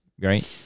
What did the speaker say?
right